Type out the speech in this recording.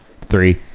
Three